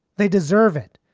they deserve it.